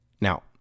Now